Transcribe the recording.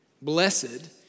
Blessed